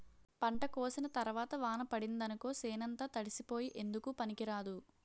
పంట కోసిన తరవాత వాన పడిందనుకో సేనంతా తడిసిపోయి ఎందుకూ పనికిరాదు